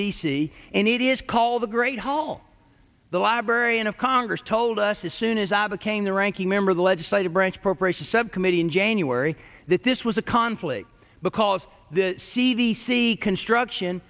c and it is called the great hall the librarian of congress told us as soon as i became the ranking member of the legislative branch preparation subcommittee in january that this was a conflict because the c d c construction